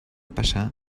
passar